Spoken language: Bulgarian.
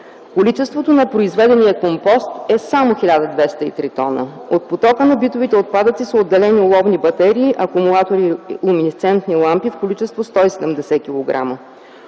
Количеството на произведения компост е само 1203 тона. От потока на битовите отпадъци са отделени оловни батерии, акумулатори и луминесцентни лампи, с количество 170 кг.